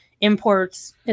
imports